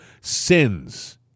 sins